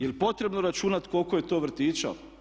Je li potrebno računati koliko je to vrtića?